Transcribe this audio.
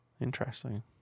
Interesting